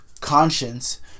conscience